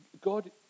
God